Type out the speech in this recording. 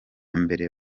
mbere